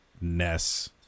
ness